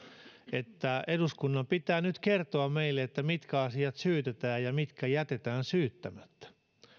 että eduskunnan pitää nyt kertoa meille mitkä asiat syytetään ja mitkä jätetään syyttämättä